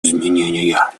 изменения